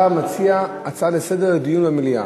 אתה מציע הצעה לסדר-היום לדיון במליאה.